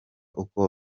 uko